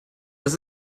das